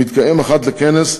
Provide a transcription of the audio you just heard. המתקיים אחת לכנס,